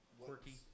quirky